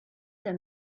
der